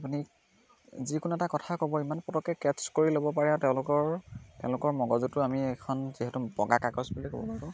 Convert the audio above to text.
আপুনি যিকোনো এটা কথা ক'ব ইমান পটকৈ কেট্চ কৰি ল'ব পাৰে আৰু তেওঁলোকৰ তেওঁলোকৰ মগজুতো আমি এখন যিহেতু বগা কাগজ বুলি ক'ব লাগিব